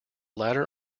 ladder